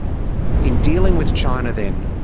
in dealing with china, then,